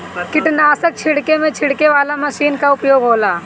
कीटनाशक छिड़के में छिड़के वाला मशीन कअ उपयोग होला